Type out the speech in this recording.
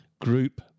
group